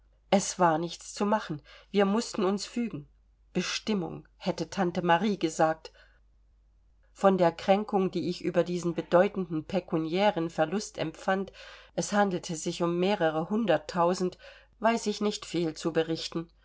es war nichts zu machen wir mußten uns fügen bestimmung hätte tante marie gesagt von der kränkung die ich über diesen bedeutenden pekuniären verlust empfand es handelte sich um mehrere hunderttausend weiß ich nicht viel zu berichten